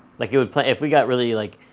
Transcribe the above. like you would plan, if we got really like,